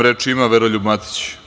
Reč ima Veroljub Matić.